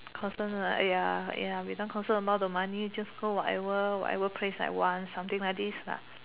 concern ah !aiya! ya without concern about the money just go whatever whatever place I want something like this lah